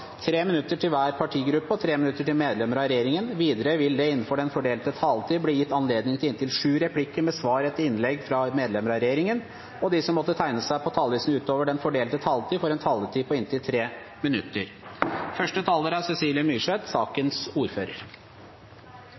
minutter til hver partigruppe og 3 minutter til medlemmer av regjeringen. Videre vil det – innenfor den fordelte taletid – bli gitt anledning til inntil tre replikker med svar etter innlegg fra medlemmer av regjeringen, og de som måtte tegne seg på talerlisten utover den fordelte taletid, får også en taletid på inntil 3 minutter.